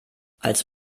als